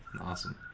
Awesome